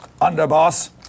underboss